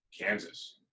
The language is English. Kansas